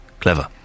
Clever